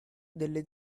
delle